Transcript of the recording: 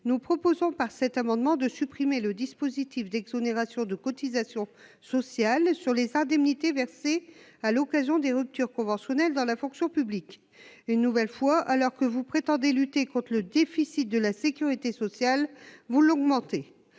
Nous proposons, par cet amendement, de supprimer le dispositif d'exonération de cotisations sociales sur les indemnités versées à l'occasion des ruptures conventionnelles dans la fonction publique. Une nouvelle fois, vous prétendez lutter contre le déficit de la sécurité sociale, alors même